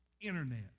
Internet